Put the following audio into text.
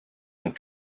and